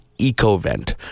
EcoVent